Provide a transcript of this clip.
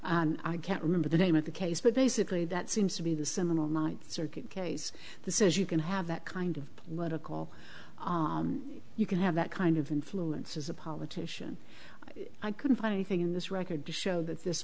and i can't remember the name of the case but basically that seems to be the seminal ninth circuit case this is you can have that kind of what a call you can have that kind of influence as a politician i couldn't find anything in this record to show that this